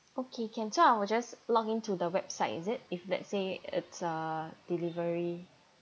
okay can so I will just login to the website is it if let's say it's a delivery